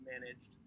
managed